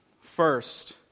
First